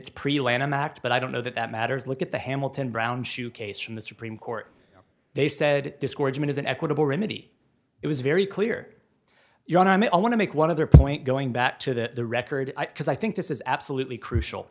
act but i don't know that that matters look at the hamilton brown shoe case from the supreme court they said discouragement is an equitable remedy it was very clear you don't i mean i want to make one of their point going back to the record because i think this is absolutely crucial